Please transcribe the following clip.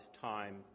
time